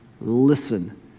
listen